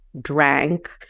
drank